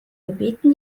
gebeten